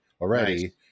already